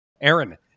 Aaron